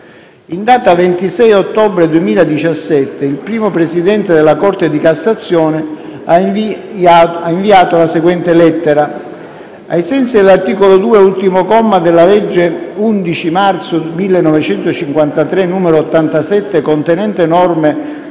In data 26 ottobre 2017, il Primo Presidente della Corte di cassazione ha inviato la seguente lettera: «ai sensi dell'articolo 2, ultimo comma, della legge 11 marzo 1953, n. 87, contenente norme